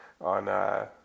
on